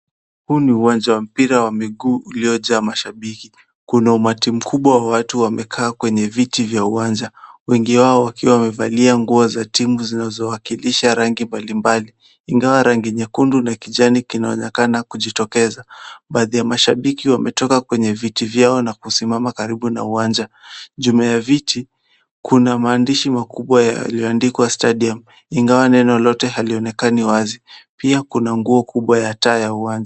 Huu ni uwanja wa mpira wa miguu, ulioja mashabiki. Kuna umati mkubwa wa watu wamekaa kwenye viti vya uwanja. Wengi wao wakiwa wamevalia nguo za timu zinozowakilisha rangi mbalimbali. Ingawa rangi nyekundu na kijani kinaonekana kujitokeza. Baadhi ya mashabiki wametoka kwenye viti vyao na kusimama karibu na uwanja. Nyuma ya viti, kuna mandishi makubwa yaliyo andikuwa stadium . Ingawa neno lote halionekani wazi. Pia kuna nguzo kubwa ya taa ya uwanjani.